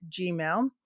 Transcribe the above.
Gmail